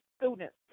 students